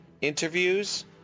interviews